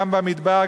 גם במדבר,